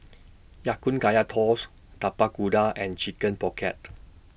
Ya Kun Kaya Toast Tapak Kuda and Chicken Pocket